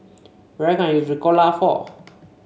what can I use Ricola for